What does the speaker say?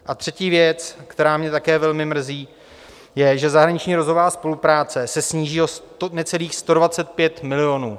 A třetí věc, která mě také velmi mrzí, je, že zahraniční rozvojová spolupráce se sníží o necelých 125 milionů.